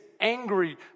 angry